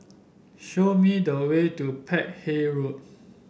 show me the way to Peck Hay Road